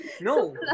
No